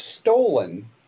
stolen